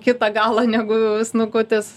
kitą galą negu snukutis